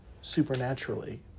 supernaturally